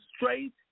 straight